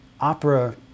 opera